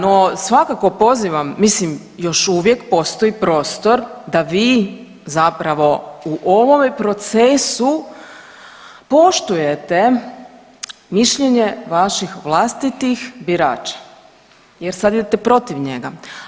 No, svakako pozivam mislim još uvijek postoji prostor da vi zapravo u ovome procesu poštujete mišljenje vaših vlastitih birača jer sada idete protiv njega.